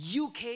UK